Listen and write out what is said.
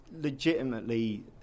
legitimately